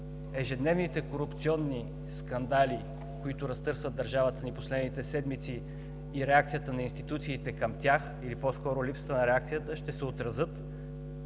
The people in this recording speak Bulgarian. ежедневните корупционни скандали, които разтърсват държавата ни в последните седмици, и реакцията на институциите към тях, или по-скоро липсата на реакцията ще се отразят